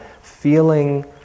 feeling